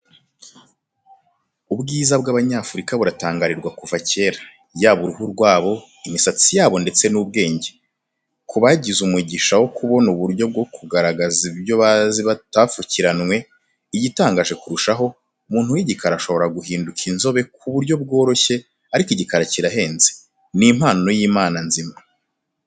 Ubwiza bw'Abanyafurika buratangarirwa kuva kera, yaba uruhu rwabo, imisatsi yabo ndetse n'ubwenge, ku bagize umugisha wo kubona uburyo bwo kugaragaza ibyo bazi batapfukiranwe, igitangaje kurushaho, umuntu w'igikara ashobora guhinduka inzobe ku buryo bworoshye ariko igikara kirahenze, ni impano y'Imana nzima.